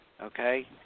okay